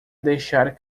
deixar